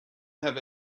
have